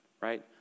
right